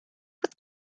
with